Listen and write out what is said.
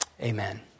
Amen